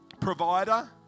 provider